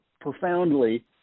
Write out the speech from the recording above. profoundly